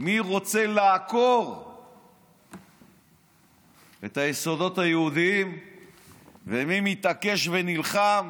מי רוצה לעקור את היסודות היהודיים ומי מתעקש ונלחם